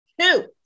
Two